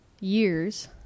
years